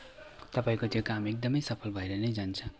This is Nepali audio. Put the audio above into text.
तपाईँको त्यो काम एकदमै सफल भएर नै जान्छ